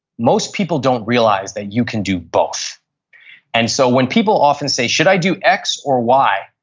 most people don't realize that you can do both and so, when people often say should i do x or y?